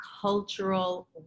cultural